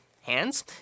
hands